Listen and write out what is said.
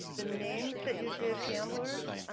the names that you give gamblers,